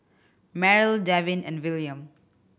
Merrill Devin and Willam